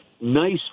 nice